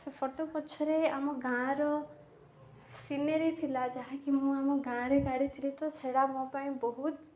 ସେ ଫଟୋ ପଛରେ ଆମ ଗାଁର ସିନେରୀ ଥିଲା ଯାହାକି ମୁଁ ଆମ ଗାଁରେ କାଢ଼ିଥିଲି ତ ସେଇଟା ମୋ ପାଇଁ ବହୁତ